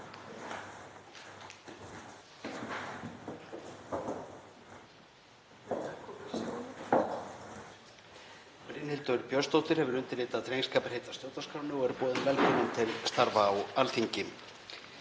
Brynhildur Björnsdóttir hefur undirritað drengskaparheit að stjórnarskránni og er boðin velkomin til starfa á Alþingi.